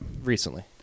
Recently